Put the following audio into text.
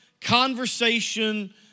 conversation